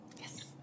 yes